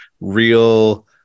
real